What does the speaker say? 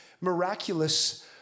miraculous